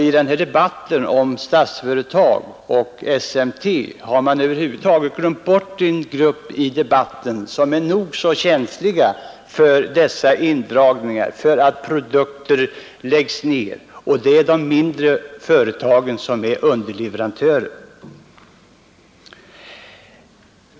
I den här debatten om Statsföretag och SMT har man över huvud taget glömt bort en grupp, som är nog så känslig för dessa indragningar och produktnedläggningar, och det är de mindre företag som är underleverantörer.